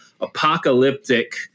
apocalyptic